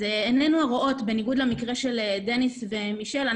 בניגוד למקרה של דניס ומישל,